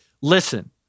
Listen